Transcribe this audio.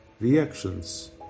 reactions